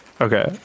Okay